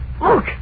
Look